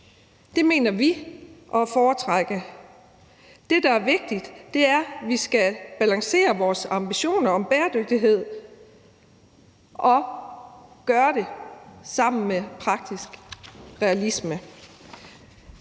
mener vi ikke er at foretrække. Det, der er vigtigt, er at balancere vores ambitioner om bæredygtighed og gøre det med praktisk realisme.